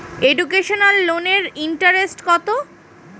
Educational লোনের interest কত?